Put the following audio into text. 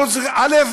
א.